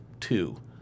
two